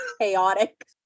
Chaotic